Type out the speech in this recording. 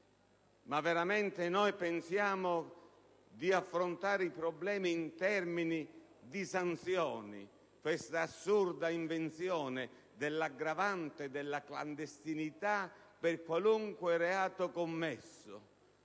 Ma veramente pensiamo di affrontare i problemi in termini di sanzioni, con quest'assurda invenzione dell'aggravante della clandestinità per qualunque reato commesso?